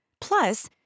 Plus